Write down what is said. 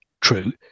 true